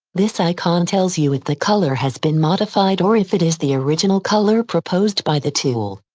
this icon tells you if the color has been modified or if it is the original color proposed by the tool.